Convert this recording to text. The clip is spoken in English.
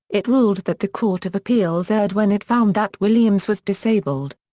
it ruled that the court of appeals erred when it found that williams was disabled.